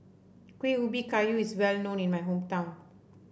Kueh Ubi Kayu is well known in my hometown